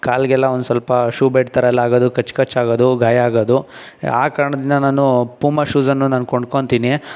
ಕಳಿಗೆಲ್ಲ ಒಂದು ಸ್ವಲ್ಪ shoe bite ಥರ ಎಲ್ಲ ಆಗೋದು ಕಚ್ಚ್ ಕಚ್ಚಾಗೋದು ಗಾಯ ಆಗೋದು ಆ ಕಾರಣದಿಂದ ನಾನು ಪೂಮಾ ಶೂಸನ್ನು ನಾನು ಕೊಂಡ್ಕೊತೀನಿ